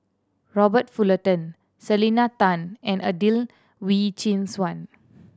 Robert Fullerton Selena Tan and Adelene Wee Chin Suan